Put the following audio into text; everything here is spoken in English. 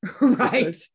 right